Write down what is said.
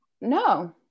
No